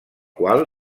qual